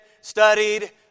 studied